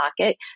pocket